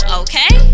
okay